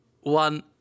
one